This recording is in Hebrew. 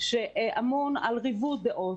שאמון על ריבוי דעות,